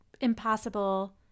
impossible